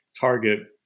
target